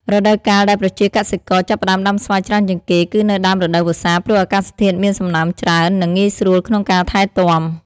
រដូវកាលដែលប្រជាកសិករចាប់ផ្ដើមដាំស្វាយច្រើនជាងគេ គឺនៅដើមរដូវវស្សា ព្រោះអាកាសធាតុមានសំណើមច្រើន និងងាយស្រួលក្នុងការថែទាំ។